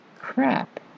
crap